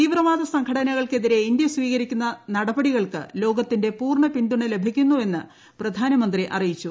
തീവ്രവാദ സംഘടനകൾക്ക് എതിരെ ഇൻഡ്യ സ്വീകരിക്കുന്ന നടപടികൾക്ക് ലോകത്തിന്റെ പൂർണ്ണ പിന്തുണ ലഭി ക്കുന്നുവെന്ന് പ്രധാനമന്ത്രി അറിയിച്ചു